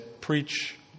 preach